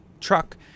Truck